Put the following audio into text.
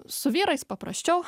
su vyrais paprasčiau